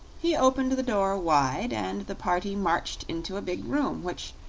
he opened the door wide, and the party marched into a big room, which,